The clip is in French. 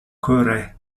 corée